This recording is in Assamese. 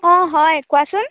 অঁ হয় কোৱাচোন